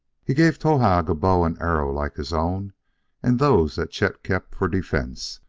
he gave towahg a bow and arrows like his own and those that chet kept for defense,